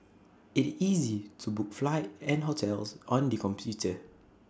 IT is easy to book flight and hotels on the computer